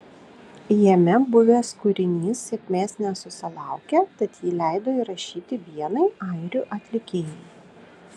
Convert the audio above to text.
jame buvęs kūrinys sėkmės nesusilaukė tad jį leido įrašyti vienai airių atlikėjai